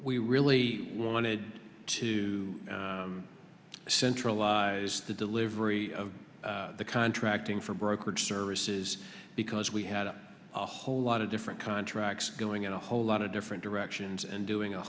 we really wanted to centralize the delivery of the contracting for brokerage services because we had a whole lot of different contracts going in a whole lot of different directions and doing a